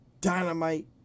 dynamite